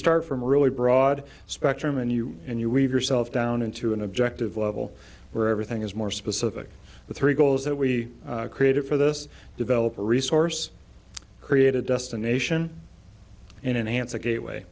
start from a really broad spectrum and you and you weave yourself down into an objective level where everything is more specific the three goals that we created for this developer resource created destination in an answer gate way